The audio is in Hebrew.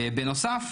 בנוסף,